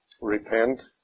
repent